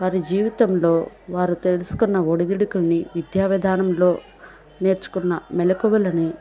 వారి జీవితంలో వారు తెలుసుకున్న ఒడిదుడుకుల్ని విద్యా విధానంలో నేర్చుకున్న మెలుకువలని